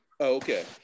Okay